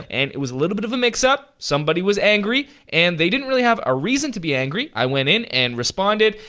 and it a little bit of a mix-up. somebody was angry, and they didn't really have a reason to be angry. i went in and responded,